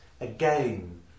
again